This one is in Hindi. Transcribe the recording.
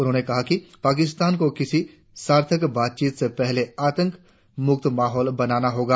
उन्होंने कहा कि पाकिस्तान को किसी सार्थक बातचीत से पहले आतंक मुक्त माहौल बनाना होगा